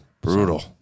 Brutal